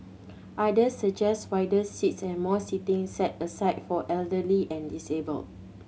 others suggested wider seats and more seating set aside for elderly and disabled